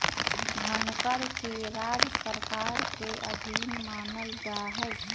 धनकर के राज्य सरकार के अधीन मानल जा हई